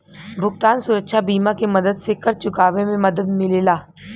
भुगतान सुरक्षा बीमा के मदद से कर्ज़ चुकावे में मदद मिलेला